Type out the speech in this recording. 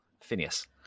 Phineas